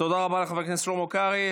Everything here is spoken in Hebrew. תודה רבה לחבר הכנסת שלמה קרעי.